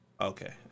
okay